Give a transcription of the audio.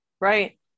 Right